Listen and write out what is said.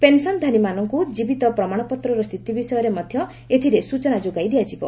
ପେନ୍ସନ୍ଧାରୀମାନଙ୍କୁ ଜୀବିତ ପ୍ରମାଣପତ୍ରର ସ୍ଥିତି ବିଷୟରେ ମଧ୍ୟ ଏଥିରେ ସୂଚନା ଯୋଗାଇ ଦିଆଯିବ